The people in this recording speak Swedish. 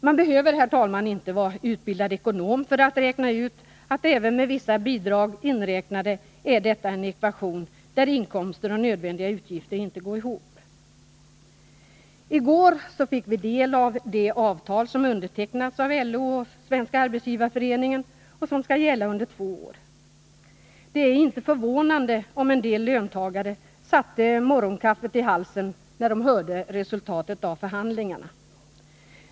Man behöver, herr talman, inte vara utbildad ekonom för att räkna ut att detta, även om man räknar in bidrag, är en ekvation där inkomster och nödvändiga utgifter inte går ihop. I går fick vi del av det avtal som undertecknats av LO och Svenska arbetsgivareföreningen och som skall gälla under två år. Det är inte förvånande att en del löntagare satte morgonkaffet i halsen när de hörde resultatet av förhandlingarna.